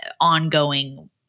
ongoing